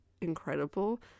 incredible